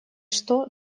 что